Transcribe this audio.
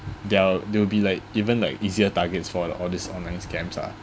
they'll they will be like even like easier targets for the all this online scams lah